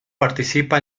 participa